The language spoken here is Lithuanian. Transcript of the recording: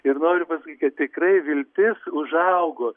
ir noriu pasakyt kad tikrai viltis užaugo